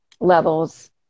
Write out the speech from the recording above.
levels